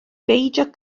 beidio